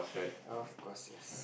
of course yes